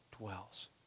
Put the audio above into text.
dwells